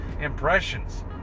impressions